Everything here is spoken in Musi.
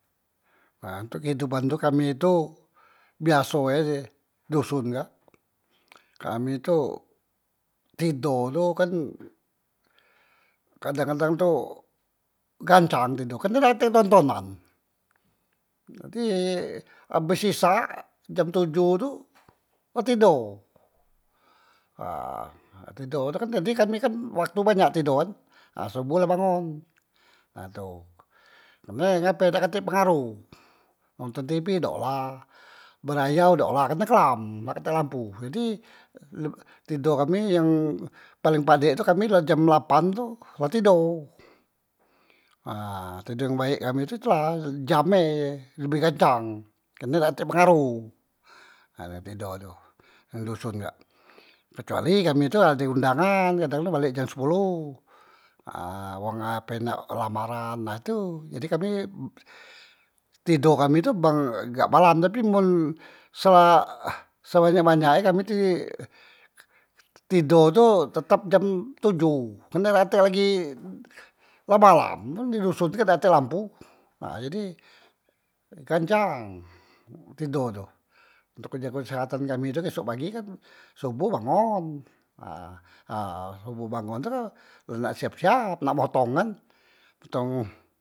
Nah untok kehidupan tu, kami tu biaso e doson kak, kami tu tido tu kan kadang- kadang tu gancang tido kak, karne dak tek tontonan, jadi abes isya jam tojoh tu la tido ha tido tu kan jadi kami waktu banyak tido kan, ha soboh la bangun nah tu, karne ngape dak tek pengaroh nonton tipi dak olah, berayo dak olah karne kelam dak tek lampo jadi lek tido kami yang paling padek tu kami la jam lapan tu la tido ha tido yang baek kami tu tu la jam e lebih gancang, kerne dak tek pengaruh ha dem tido tu wong doson kak, kecuali kami tu ade undangan, kadang- kadang tu balek jam spoloh ha wong ape nak lamaran, ha tu jadi kami tido kami tu bang gak malam tapi men se ah sebanyak- banyak e kami tido tu tetep jam tojoh kerne dak tek lagi la malam, men di doson kak dak tek lampu, nah jadi gancang tido tu untok jago kesehatan kami tu kan isok pagi kan soboh bangon, ha ha soboh bangon tu kan la nak siap- siap nak motong kan motong.